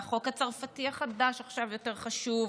והחוק הצרפתי החדש עכשיו יותר חשוב,